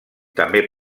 també